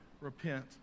repent